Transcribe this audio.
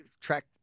track